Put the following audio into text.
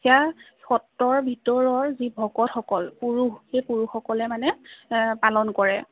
সেয়া সত্ৰৰ ভিতৰৰ যি ভকতসকল পুৰুষ সেই পুৰুষসকলে মানে পালন কৰে